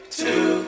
two